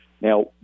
Now